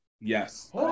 Yes